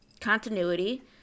continuity